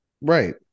right